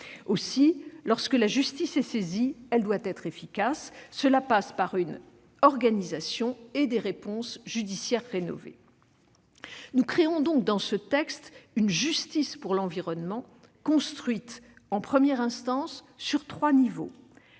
Aussi, lorsque la justice est saisie, elle doit être efficace. Cela passe par une organisation et des réponses judiciaires rénovées. Nous créons donc dans ce texte une justice pour l'environnement construite en première instance sur trois niveaux.